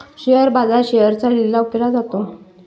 share बाजारात शेअर्सचा लिलाव केला जातो